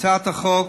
הצעת החוק